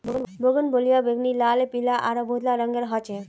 bougainvillea बैंगनी, लाल, पीला आरो बहुतला रंगेर ह छे